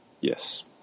Yes